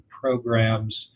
programs